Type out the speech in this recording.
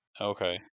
Okay